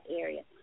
area